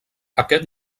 aquest